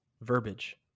verbiage